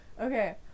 Okay